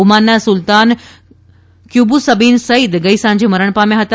ઓમાનના સુલતાન Qaboos bin Said ગઇ સાંજે મરણ પામ્યા હતા